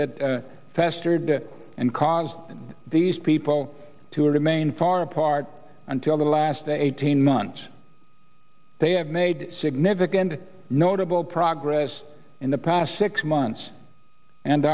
that festered and cause these people to remain far apart until the last eighteen months they have made significant notable progress in the past six months and